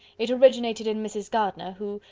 it originated in mrs. gardiner, who,